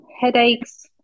Headaches